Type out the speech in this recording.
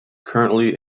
currently